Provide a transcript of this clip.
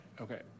okay